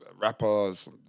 rappers